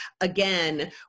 again